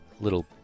Little